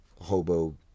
hobo